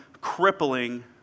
crippling